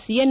CN